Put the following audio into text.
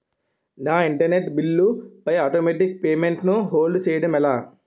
నా internet bill పై automatic payment ను హోల్డ్ చేయటం ఎలా?